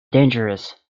dangerous